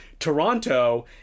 Toronto